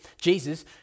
Jesus